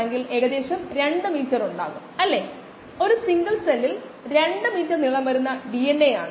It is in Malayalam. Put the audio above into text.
ഇത് ചരിത്രപരമായ ഒരു പദമാണ് അത് അളക്കുന്നതിനെ പ്രതിനിധീകരിക്കുന്നില്ല പക്ഷേ നമ്മൾ അതിനെക്കുറിച്ച് സംസാരിക്കും